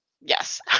yes